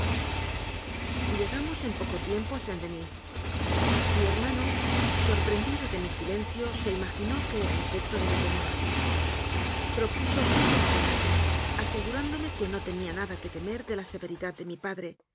llegamos en poco tiempo a saint-denis mi hermano sorprendido de mi silencio se imaginó que era efecto de mi temor propúsose consolarme asegurándome que no tenía nada que temer de lá severidad de mi padre